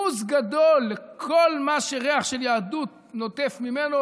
בוז גדול לכל מה שריח של יהדות נוטף ממנו,